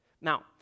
Now